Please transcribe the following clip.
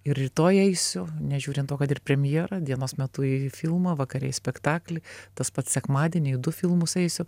ir rytoj eisiu nežiūrint to kad ir premjera dienos metu į filmą vakare į spektaklį tas pats sekmadienį į du filmus eisiu